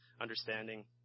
understanding